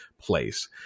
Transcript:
place